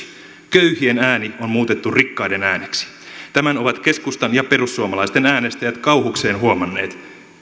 köyhien ääni on muutettu rikkaiden ääneksi tämän ovat keskustan ja perussuomalaisten äänestäjät kauhukseen huomanneet